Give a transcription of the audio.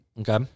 Okay